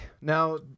Now